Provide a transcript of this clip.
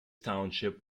township